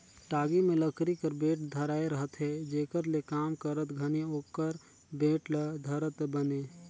टागी मे लकरी कर बेठ धराए रहथे जेकर ले काम करत घनी ओकर बेठ ल धरत बने